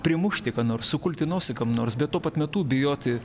primušti ką nors sukulti nosį kam nors bet tuo pat metu bijoti